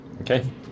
Okay